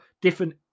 different